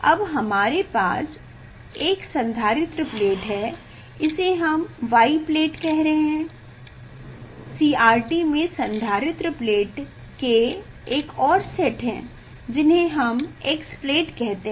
अब हमारे पास एक संधारित्र प्लेट है इसे हम y प्लेट कह रहे हैं CRT में संधारित्र प्लेट के एक और सेट हैं हम उन्हें X प्लेट कहते हैं